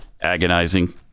agonizing